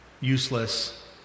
useless